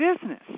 business